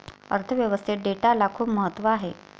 अर्थ व्यवस्थेत डेटाला खूप महत्त्व आहे